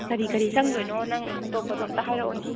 ꯀꯔꯤ ꯀꯔꯤ ꯆꯪꯗꯣꯏꯅꯣ ꯅꯪꯑꯇꯣꯞꯄꯗꯣ ꯑꯝꯇ ꯍꯥꯏꯔꯛꯑꯣꯅꯦ